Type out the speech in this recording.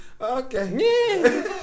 Okay